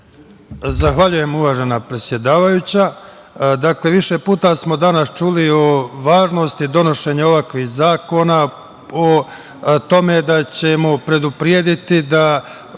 Zahvaljujem, uvažena predsedavajuća. Više puta smo danas čuli o važnosti donošenja ovakvih zakona, o tome da ćemo preduprediti da